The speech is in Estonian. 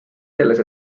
selles